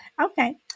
okay